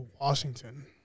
Washington